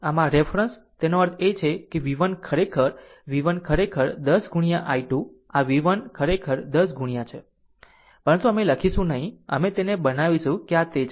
આમ આ રેફરન્સ તેનો અર્થ એ કે v1 ખરેખર v1 ખરેખર 10 into i2 આ v 1 ખરેખર 10 ગુણ્યા છે પરંતુ અમે આ લખીશું નહીં અમે તેને બનાવીશું કે આ તે છે